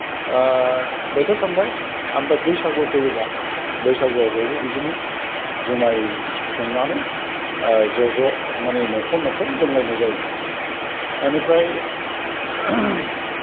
बेथ' थांबाय ओमफ्राय बैसागु फैयोबा बैसागुआवबाबो बिदिनो जुमाइ संनानै ज' ज' नखर नखर लोंलायनाय जायोमोन ओनिफ्राय